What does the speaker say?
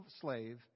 slave